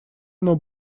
оно